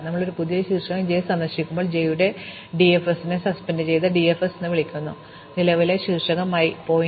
അതിനാൽ ഞങ്ങൾ ഒരു പുതിയ ശീർഷകം j സന്ദർശിക്കുമ്പോൾ j യുടെ DFS നെ സസ്പെൻഡ് ചെയ്ത DFS എന്ന് വിളിക്കുന്നു നിലവിലെ ശീർഷകം i